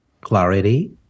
clarity